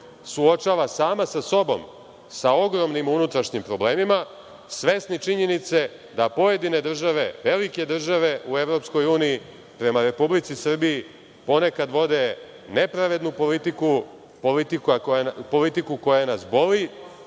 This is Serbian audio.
suočava sama sa sobom, sa ogromnim unutrašnjim problemima, svesni činjenice da pojedine države, velike države, u Evropskoj uniji, prema Republici Srbiji, ponekad, vode nepravednu politiku, politiku koja nas boli,